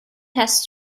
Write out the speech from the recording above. has